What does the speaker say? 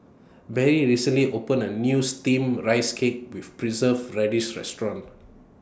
Barrie recently opened A New Steamed Rice Cake with Preserved Radish Restaurant